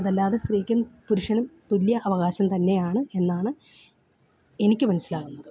അതല്ലാതെ സ്ത്രീക്കും പുരുഷനും തുല്യ അവകാശം തന്നെയാണ് എന്നാണ് എനിക്ക് മനസ്സിലാകുന്നത്